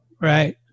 right